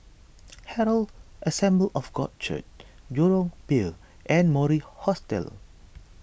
Herald Assembly of God Church Jurong Pier and Mori Hostel